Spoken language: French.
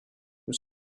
nous